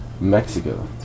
Mexico